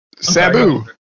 Sabu